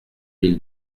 mille